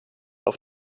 auf